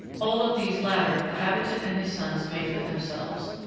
all of these latter the habitant and his sons made for themselves.